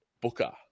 Booker